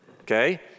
okay